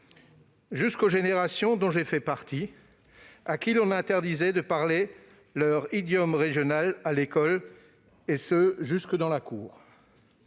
jusqu'aux générations dont j'ai fait partie, à qui l'on interdisait de parler leur idiome régional à l'école, et ce jusque dans la cour.